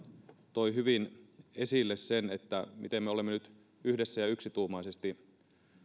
toi hyvin esille miten me olemme nyt yhdessä ja yksituumaisesti